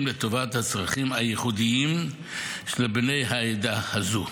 לטובת הצרכים הייחודיים של בני העדה הזאת.